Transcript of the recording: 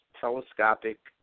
telescopic